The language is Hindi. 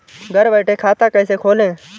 घर बैठे खाता कैसे खोलें?